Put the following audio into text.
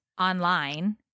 online